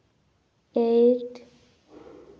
eight